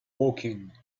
woking